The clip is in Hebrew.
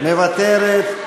מוותרת.